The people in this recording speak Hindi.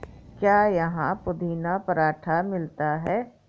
क्या यहाँ पुदीना पराठा मिलता है?